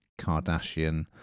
Kardashian